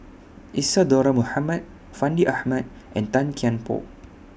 Isadhora Mohamed Fandi Ahmad and Tan Kian Por